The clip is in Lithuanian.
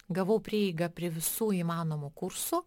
gavau prieigą prie visų įmanomų kursų